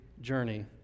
journey